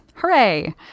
Hooray